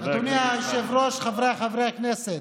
חבר הכנסת